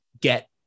get